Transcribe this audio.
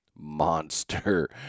monster